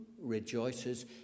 rejoices